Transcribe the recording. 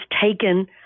taken